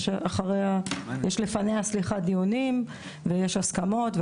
יש לפניה דיונים והסכמות,